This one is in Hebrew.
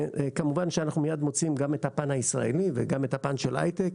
וכמובן שאנחנו מיד מוצאים גם את הפן הישראלי וגם את הפן של ההייטק.